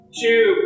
two